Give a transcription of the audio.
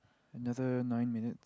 another nine minute